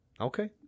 Okay